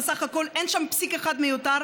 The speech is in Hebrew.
אין חקיקה פרטית בעוד שבועיים.